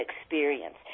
experience